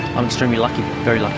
i'm extremely lucky, very lucky.